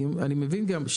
אני מבין גם,